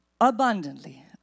abundantly